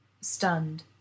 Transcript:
Stunned